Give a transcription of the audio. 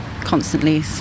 Constantly